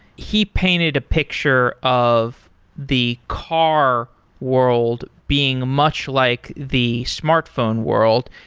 he painted a picture of the car world being much like the smartphone world,